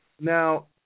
Now